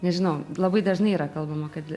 nežinau labai dažnai yra kalbama kad